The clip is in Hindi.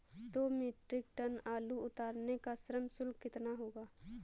दो मीट्रिक टन आलू उतारने का श्रम शुल्क कितना होगा?